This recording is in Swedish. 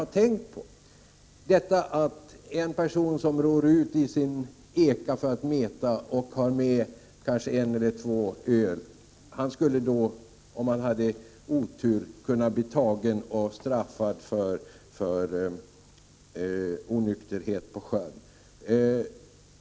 Jag vill anföra ett par exempel: Den person som ror ut i sin eka för att meta och som kanske har med sig en eller två öl skulle, om oturen var framme, åka fast för onykterhet till sjöss.